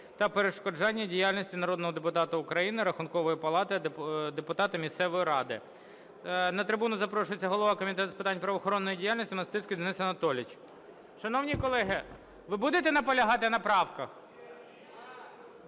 та перешкоджання діяльності народного депутата України, Рахункової палати, депутата місцевої ради. На трибуну запрошується голова Комітету з питань правоохоронної діяльності Монастирський Денис Анатолійович. Шановні колеги, ви будете наполягати на правках?